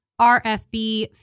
RFB